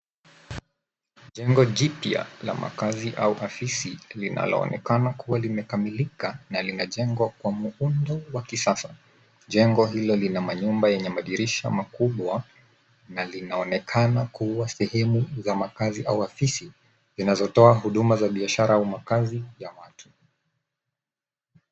Jengo jipya la makazi au ofisi linaloonekana kuwa limekamilika na linajengwa kwa muundo wa kisasa. Jengo hilo lina manyumba yenye madirisha makubwa na linaonekana kuwa sehemu za makazi au ofisi zinazotoa huduma za biashara au makazi za watu.